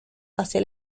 hacia